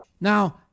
now